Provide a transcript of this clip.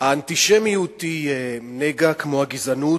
האנטישמיות היא נגע כמו הגזענות,